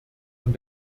und